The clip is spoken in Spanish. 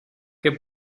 que